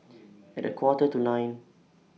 At A Quarter to nine